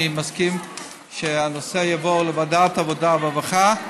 אני מסכים שהנושא יעבור לוועדת העבודה והרווחה.